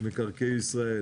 מקרקעי ישראל,